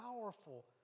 powerful